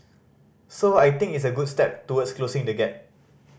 so I think it's a good step towards closing the gap